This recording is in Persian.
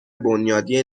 بنیادی